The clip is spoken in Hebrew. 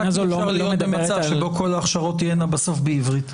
שלא יהיה מצב שבו כל ההכשרות תהיינה בסוף בעברית.